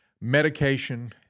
medication –